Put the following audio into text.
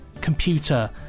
computer